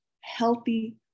healthy